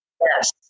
Yes